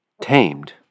tamed